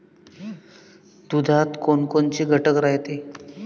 दुधात कोनकोनचे घटक रायते?